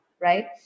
Right